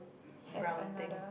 brown thing